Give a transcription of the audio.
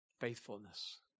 faithfulness